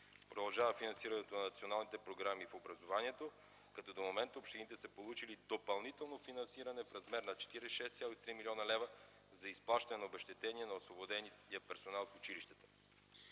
Продължава финансирането на националните програми в образованието като до момента общините са получили допълнително финансиране в размер на 46,3 млн. лв. за изплащане обезщетение на освободения персонал в училищата.